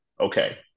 okay